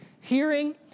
hearing